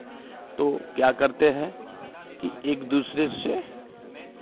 तो क्या करते हैं कि एक दूसरे से